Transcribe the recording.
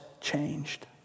changed